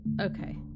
okay